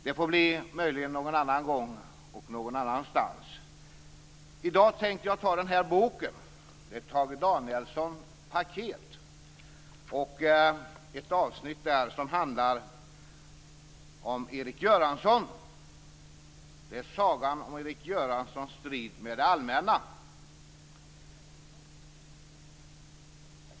Det får möjligen bli någon annan gång och någon annanstans. I dag tänkte jag ta den här boken som utgångspunkt. Det är Tage Danielssons Paket. Där finns det avsnitt som handlar om Erik Göransson. Det är Sagan om Erik Göranssons strid med det allmänna.